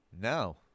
No